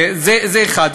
זה דבר אחד.